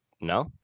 No